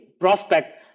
prospect